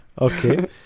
Okay